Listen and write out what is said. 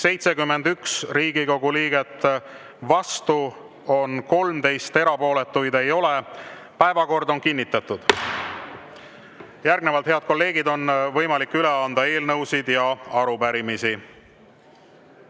71 Riigikogu liiget, vastu on 13, erapooletuid ei ole. Päevakord on kinnitatud. Järgnevalt, head kolleegid, on võimalik üle anda eelnõusid ja arupärimisi.